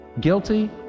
guilty